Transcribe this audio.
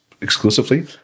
exclusively